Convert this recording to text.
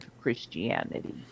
Christianity